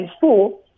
four